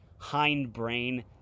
hindbrain